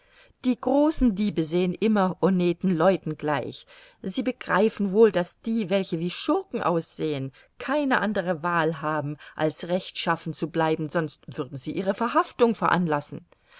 die großen diebe sehen immer honneten leuten gleich sie begreifen wohl daß die welche wie schurken aussehen keine andere wahl haben als rechtschaffen zu bleiben sonst würden sie ihre verhaftung veranlassen